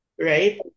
right